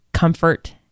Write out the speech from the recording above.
comfort